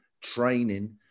training